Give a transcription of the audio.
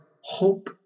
hope